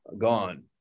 gone